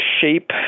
shape